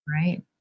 Right